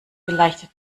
vielleicht